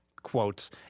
quotes